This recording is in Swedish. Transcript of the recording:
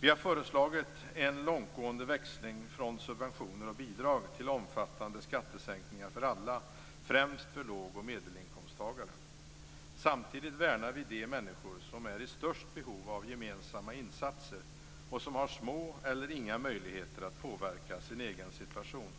Vi har föreslagit en långtgående växling från subventioner och bidrag till omfattande skattesänkningar för alla, främst för låg och medelinkomsttagare. Samtidigt värnar vi de människor som är i störst behov av gemensamma insatser och som har små eller inga möjligheter att påverka sin egen situation.